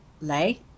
lay